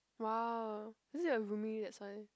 !wah! is it your roomie that's why